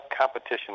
competition